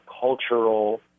cultural